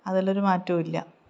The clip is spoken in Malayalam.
അതിലൊരു മാറ്റവും ഇല്ല